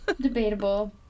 Debatable